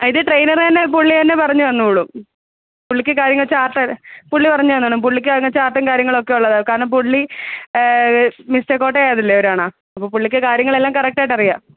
ഇത് ട്രെയ്നറെന്നെ പുള്ളിയെന്നെ പറഞ്ഞന്നോളും പുള്ളിക്ക് കാര്യങ്ങൾ ചാർട്ട് പുള്ളി പറഞ്ഞെന്നോളും പുള്ളിക്കാന്നേ ചാർട്ടും കാര്യങ്ങളൊക്കെ ഉള്ളതാണ് കാരണം പുള്ളി മിസ്റ്റർ കോട്ടയാതിലൊരാണ അപ്പോൾ പുള്ളിക്ക് കാര്യങ്ങളെല്ലാം കറക്റ്റായിട്ടറിയാം